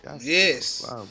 Yes